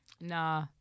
Nah